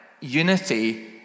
unity